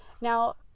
now